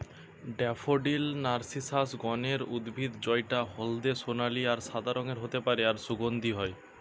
daffodil narcissus গণের উদ্ভিদ জউটা হলদে সোনালী আর সাদা রঙের হতে পারে আর সুগন্ধি হয়